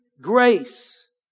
grace